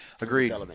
agreed